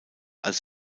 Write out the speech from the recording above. als